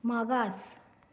मागास